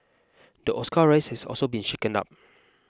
the Oscar race has also been shaken down